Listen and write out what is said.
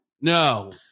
No